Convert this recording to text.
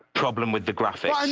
problem with the graphics!